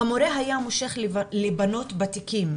המורה היה מושך לבנות בתיקים,